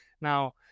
now